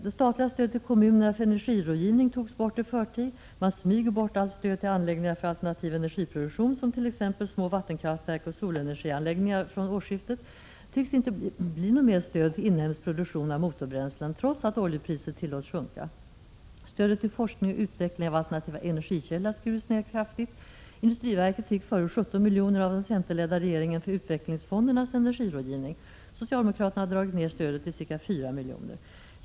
Det statliga stödet till kommunerna för energirådgivning togs bort i förtid. Från årsskiftet smyger man bort allt stöd till anläggningar för alternativ energiproduktion, t.ex. små vattenkraftverk och solenergianläggningar. Det tycks inte bli något mer stöd till inhemsk produktion av motorbränslen, trots att oljepriset tillåts sjunka. Stödet till forskning och utveckling av alternativa energikällor har skurits ned kraftigt. Industriverket fick 17 milj.kr. av den centerledda regeringen för Utvecklingsfondernas energirådgivning. Socialdemokraterna har dragit ned stödet till ca 4 milj.kr.